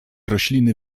rośliny